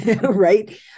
right